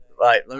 Right